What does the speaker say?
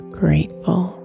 grateful